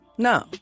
No